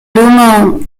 humo